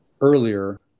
earlier